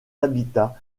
habitat